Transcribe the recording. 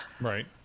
Right